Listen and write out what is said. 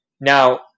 Now